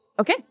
Okay